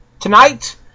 Tonight